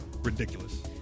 ridiculous